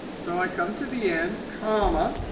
so i come to the end, comma,